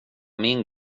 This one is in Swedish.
min